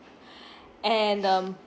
and um